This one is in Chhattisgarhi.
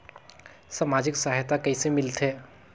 समाजिक सहायता कइसे मिलथे?